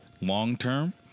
long-term